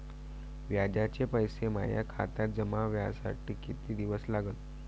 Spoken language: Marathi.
व्याजाचे पैसे माया खात्यात जमा व्हासाठी कितीक दिवस लागन?